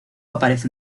aparece